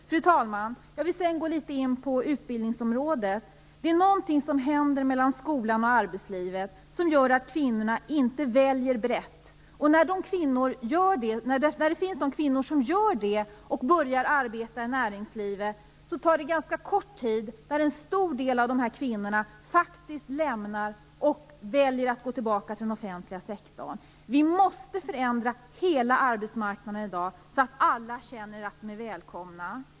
Fru talman! Jag vill också något gå in på utbildningsområdet. Det händer något mellan skolan och arbetslivet som gör att kvinnorna inte väljer brett. Av de kvinnor som ändå gör det och börjar arbeta inom näringslivet väljer en stor del efter ganska kort tid att lämna det och gå över till den offentliga sektorn. Vi måste förändra hela arbetsmarknaden, så att alla känner att de är välkomna.